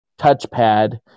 touchpad